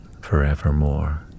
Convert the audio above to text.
forevermore